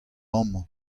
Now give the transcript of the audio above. amañ